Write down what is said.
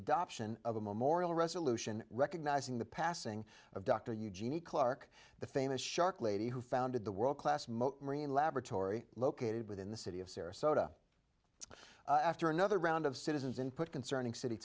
adoption of a memorial resolution recognizing the passing of dr eugenie clark the famous shark lady who founded the world class moat marine laboratory located within the city of sarasota after another round of citizens input concerning city